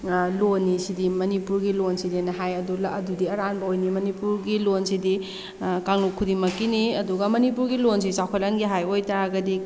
ꯂꯣꯟꯅꯤ ꯁꯤꯗꯤ ꯃꯅꯤꯄꯨꯔꯒꯤ ꯂꯣꯟꯁꯤꯗꯤꯅ ꯍꯥꯏ ꯑꯗꯨꯗꯤ ꯑꯔꯥꯟꯕ ꯑꯣꯏꯅꯤ ꯃꯅꯤꯄꯨꯔꯒꯤ ꯂꯣꯟꯁꯤꯗꯤ ꯀꯥꯡꯂꯨꯞ ꯈꯨꯗꯤꯡꯃꯛꯀꯤꯅꯤ ꯑꯗꯨꯒ ꯃꯅꯤꯄꯨꯔꯒꯤ ꯂꯣꯟꯁꯤ ꯆꯥꯎꯈꯠꯍꯟꯒꯦ ꯍꯥꯏꯕ ꯑꯣꯏ ꯇꯥꯔꯗꯤ